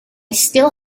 still